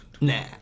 Nah